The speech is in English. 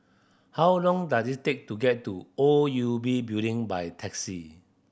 how long does it take to get to O U B Building by taxi